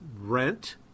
rent